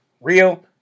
Real